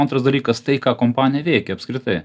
antras dalykas tai ką kompanija veikia apskritai